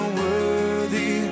worthy